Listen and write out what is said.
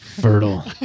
Fertile